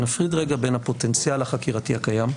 נפריד רגע בין הפוטנציאל החקירתי הקיים,